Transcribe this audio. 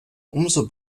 umso